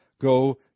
Go